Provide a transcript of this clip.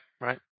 right